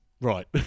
Right